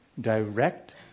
Direct